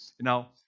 Now